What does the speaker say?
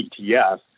ETF